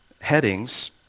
headings